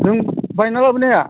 नों बायना लाबोनाया